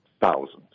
thousands